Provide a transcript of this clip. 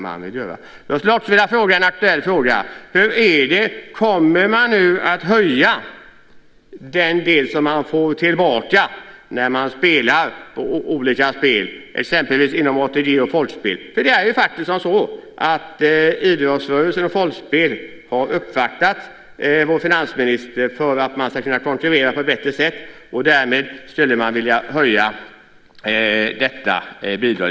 Jag vill också ställa en aktuell fråga: Kommer man att höja den del som man får tillbaka när man spelar på olika spel, exempelvis inom ATG och Folkspel? Idrottsrörelsen och Folkspel har nämligen uppvaktat vår finansminister för att man ska kunna konkurrera på ett bättre sätt och därmed skulle man vilja höja detta bidrag.